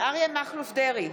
אריה מכלוף דרעי,